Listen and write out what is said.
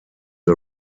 the